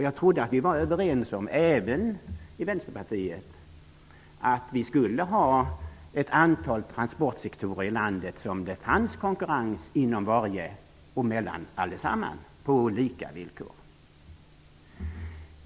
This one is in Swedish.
Jag trodde att vi var överens -- även med Vänsterpartiet -- om att vi skulle ha ett antal transportsektorer i landet med konkurrens inom varje sektor och mellan sektorerna på lika villkor.